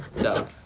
No